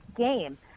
game